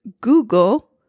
Google